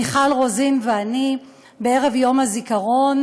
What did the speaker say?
מיכל רוזין ואני, בערב יום הזיכרון.